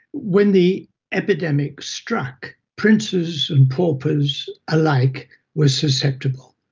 when the epidemic struck, princes and paupers alike were susceptible.